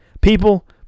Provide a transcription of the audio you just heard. people